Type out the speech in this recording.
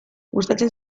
gustatzen